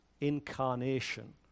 incarnation